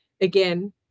again